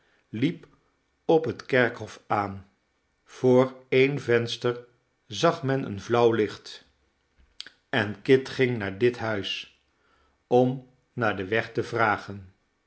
liep op het kerkhof aan voor een venster zag men een flauw licht en kit ging naar dit huis om naar den weg te vragen